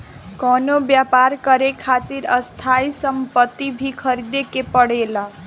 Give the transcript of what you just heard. कवनो व्यापर करे खातिर स्थायी सम्पति भी ख़रीदे के पड़ेला